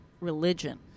religion